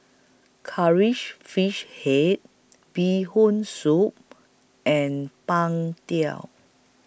Curry She Fish Head Bee Hoon Soup and Png Tao